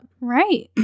Right